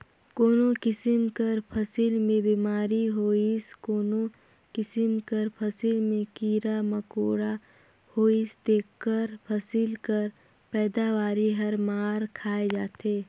कोनो किसिम कर फसिल में बेमारी होइस कोनो किसिम कर फसिल में कीरा मकोरा होइस तेकर फसिल कर पएदावारी हर मार खाए जाथे